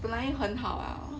本来很好啊